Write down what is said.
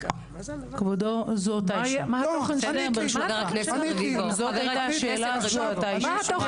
כבודו, אם זו השאלה, זו אותה אישה.